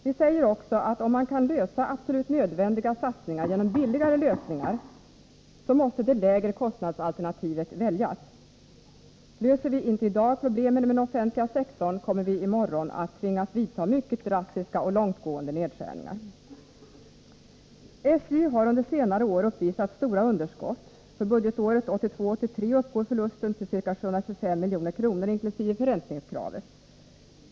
Vi säger också att om man kan åstadkomma absolut nödvändiga satsningar genom billigare lösningar, måste det lägre kostnadsalternativet väljas. Löser vi inte i dag problemen med den offentliga sektorn, kommer vi i morgon att tvingas vidta mycket drastiska och långtgående nedskärningar. SJ har under senare år uppvisat stora underskott. För budgetåret 1982/83 uppgår förlusten till ca 725 milj.kr., inkl. förräntningskravet.